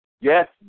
yes